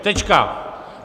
Tečka.